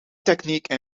technique